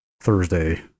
Thursday